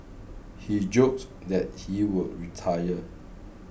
he joked that he would retire